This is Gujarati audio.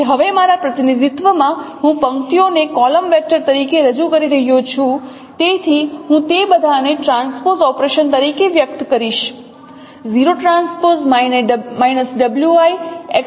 તેથી હવે મારા પ્રતિનિધિત્વમાં હું પંક્તિઓને કોલમ વેક્ટર તરીકે રજૂ કરી રહ્યો છું તેથી હું તે બધાને ટ્રાન્સપોઝ ઓપરેશન તરીકે વ્યક્ત કરીશ